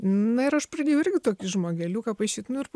na ir aš pradėjau irgi tokį žmogeliuką paišyti nu ir po